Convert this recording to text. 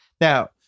Now